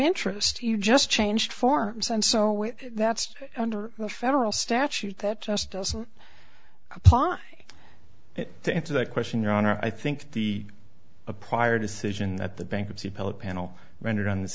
interest you just changed forms and so that's under the federal statute that just doesn't apply it to answer that question your honor i think the a prior decision that the bankruptcy appellate panel rendered on this